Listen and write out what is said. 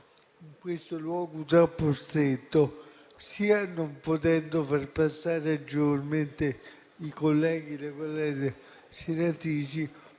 in questo luogo troppo stretto, sia non potendo far passare agevolmente i colleghi e le colleghe senatrici,